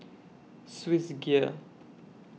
Swissgear